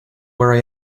where